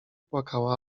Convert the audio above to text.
płakała